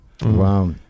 Wow